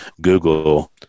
Google